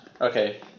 Okay